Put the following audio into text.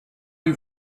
you